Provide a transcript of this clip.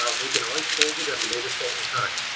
ah we can always change it at a later point in time.